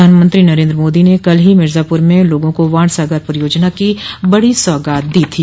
प्रधानमंत्री नरेन्द्र मोदी ने कल ही मिर्जापुर में लोगों को वाण सागर परियोजना की बड़ी सौगात दी थी